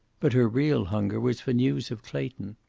but her real hunger was for news of clayton.